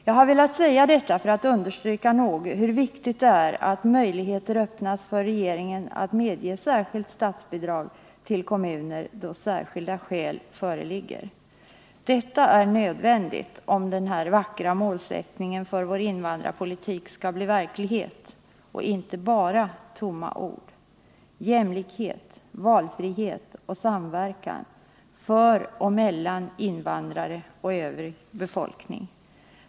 Jag har velat säga detta för att understryka hur viktigt det är att möjligheter öppnas för regeringen att medge särskilt statsbidrag till kommuner då särskilda skäl föreligger. Detta är nödvändigt om de vackra målen för vår invandrarpolitik skall bli verklighet och inte bara tomma ord: jämlikhet och valfrihet för samt samverkan mellan invandrare och övrig befolkning.